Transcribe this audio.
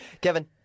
Kevin